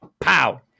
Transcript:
Pow